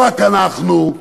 ולא רק אנחנו,